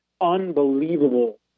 unbelievable